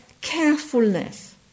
carefulness